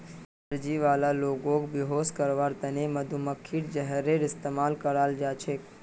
allergy वाला लोगक बेहोश करवार त न मधुमक्खीर जहरेर इस्तमाल कराल जा छेक